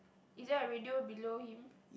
is there a radio below him